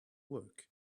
work